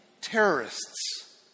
Terrorists